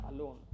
alone